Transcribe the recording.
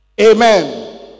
Amen